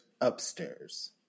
Upstairs